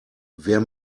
wer